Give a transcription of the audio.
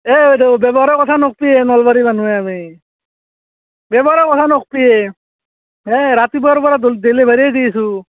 এই বাইদেউ ব্যৱহাৰৰ কথা নকবি নলবাৰীৰ মানুহ আমি ব্যৱহাৰৰ কথা নকবি হেই ৰাতিপুৱাৰ পৰা ডে ডেলিভাৰীয়ে দি আছোঁ